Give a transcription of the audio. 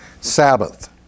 sabbath